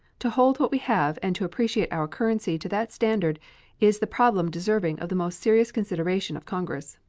to hold what we have and to appreciate our currency to that standard is the problem deserving of the most serious consideration of congress.